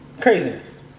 Craziness